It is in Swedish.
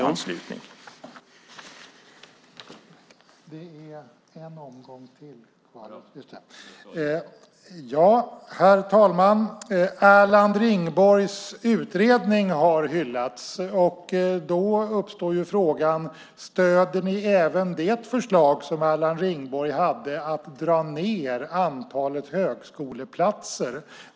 Herr talman! Erland Ringborgs utredning har hyllats. Då uppstår frågan: Stöder ni även det förslag som Erland Ringborg hade om att dra ned antalet högskoleplatser?